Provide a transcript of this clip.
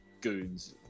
goons